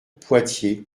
poitiers